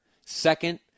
Second